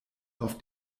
auf